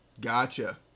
Gotcha